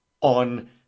on